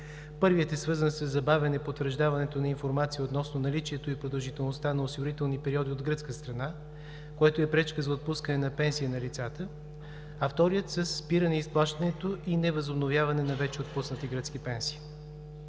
Първият е свързан със забавяне потвърждаването на информация относно наличието и продължителността на осигурителни периоди от гръцка страна, което е пречка за отпускане на пенсии на лицата. А вторият – със спиране изплащането и невъзобновяване на вече отпуснати гръцки пенсии.